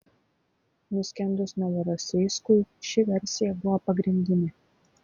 nuskendus novorosijskui ši versija buvo pagrindinė